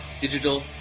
Digital